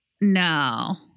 No